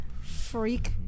Freak